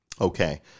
Okay